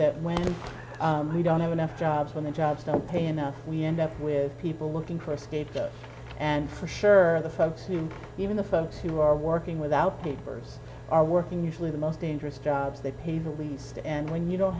that when you don't have enough jobs when the jobs don't pay enough we end up with people looking for scapegoats and for sure the folks who even the folks who are working without papers are working usually the most dangerous jobs that pay the least and when you don't